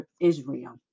Israel